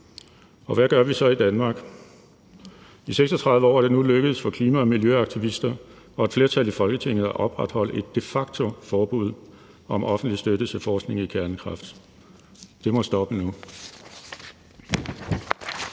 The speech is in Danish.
Og hvad gør vi så i Danmark? I 36 år er det nu lykkedes for klima- og miljøaktivister og et flertal i Folketinget at opretholde et de facto-forbud mod offentlig støtte til forskning i kernekraft. Det må stoppe nu.